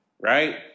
right